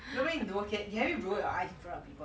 nobody knows yet can you roll your eyes in front of people